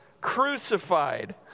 crucified